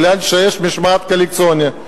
כי יש משמעת קואליציונית.